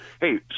Hey